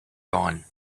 dawn